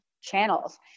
channels